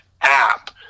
app